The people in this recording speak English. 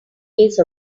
case